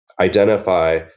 identify